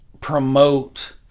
Promote